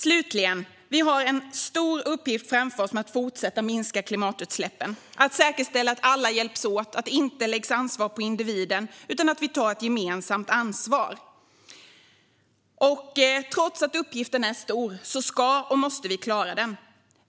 Slutligen: Vi har en stor uppgift framför oss med att fortsätta minska klimatutsläppen, att säkerställa att alla hjälps åt, att det inte läggs ansvar på individen utan att vi tar ett gemensamt ansvar. Trots att uppgiften är stor ska och måste vi klara den.